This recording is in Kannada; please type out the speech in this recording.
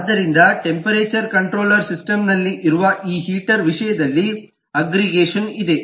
ಆದ್ದರಿಂದ ಟೆಂಪರೇಚರ್ ಕಂಟ್ರೋಲರ್ ಸಿಸ್ಟಮ್ನಲ್ಲಿ ಇರುವ ಈ ಹೀಟರ್ನ ವಿಷಯದಲ್ಲಿ ಅಗ್ಗ್ರಿಗೇಷನ್ ಇದೆ